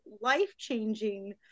life-changing